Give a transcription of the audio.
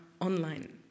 online